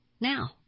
now